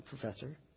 professor